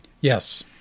Yes